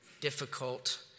difficult